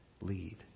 lead